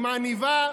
עם עניבה,